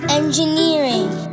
engineering